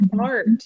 art